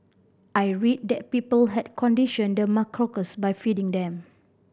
I read that people had conditioned the macaques by feeding them